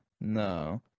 No